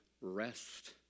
rest